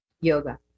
Yoga